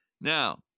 Now